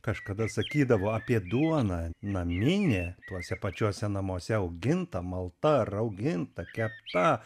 kažkada sakydavo apie duoną naminė tuose pačiuose namuose auginta malta rauginta kepta